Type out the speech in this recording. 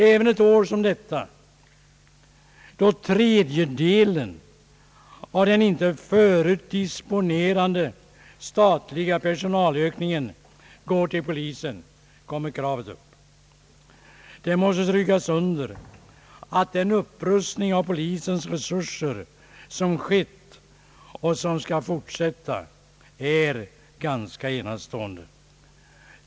Även ett år som detta då tredjedelen av den inte förut disponerade statliga personalökningen går till polisen kommer kravet upp. Det måste strykas under att den upprustning av polisens resurser som skett och som skall fortsätta är ganska enastående.